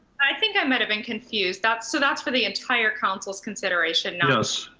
i think i might have been confused. that's so that's for the entire counsel's consideration now. yes,